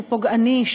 שהוא פוגעני,